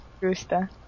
gusta